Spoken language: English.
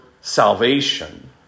salvation